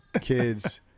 kids